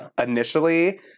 initially